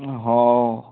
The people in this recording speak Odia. ହଉ